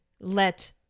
let